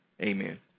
Amen